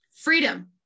Freedom